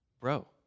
bro